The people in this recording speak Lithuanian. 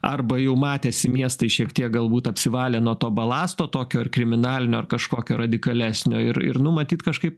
arba jau matėsi miestai šiek tiek galbūt apsivalė nuo to balasto tokio ar kriminalinio ar kažkokio radikalesnio ir ir nu matyt kažkaip